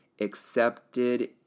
accepted